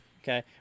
Okay